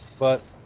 but